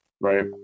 Right